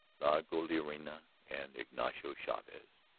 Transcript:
golondrina, and ignacio chavez,